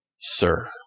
sir